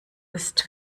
ist